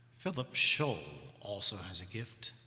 philip scholl also has a gift.